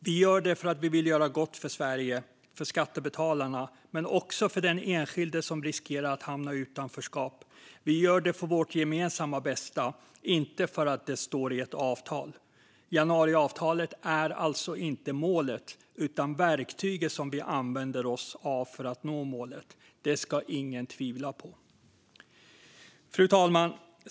Vi gör det för att vi vill göra gott för Sverige, för skattebetalarna men också för den enskilde som riskerar att hamna i utanförskap. Vi gör det för vårt gemensamma bästa, inte för att det står i ett avtal. Januariavtalet är alltså inte målet utan verktyget som vi använder oss av för att nå målet. Det ska ingen tvivla på. Fru talman!